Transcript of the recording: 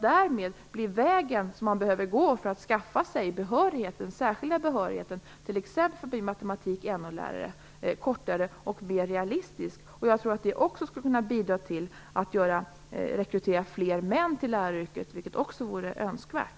Därmed blir vägen till en särskild behörighet för att bli t.ex. matematik eller NO-lärare kortare och mer realistisk. Detta skulle också kunna bidra till att det rekryteras fler män till läraryrket, vilket vore önskvärt.